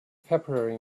february